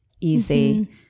easy